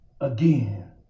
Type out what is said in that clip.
again